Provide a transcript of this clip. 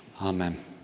amen